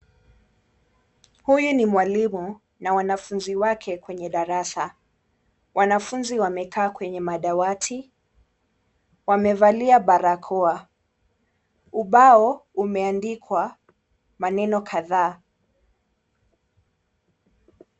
Huyu ni mwalimu na wanafunzi wake kwenye darasa. Wanafunzi wamekaa kwenye dawati, wamevalia barakoa. Ubao umeandikwa maneno kadhaa.